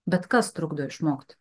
bet kas trukdo išmokt